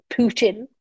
Putin